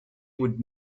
would